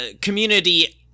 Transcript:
community